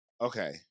Okay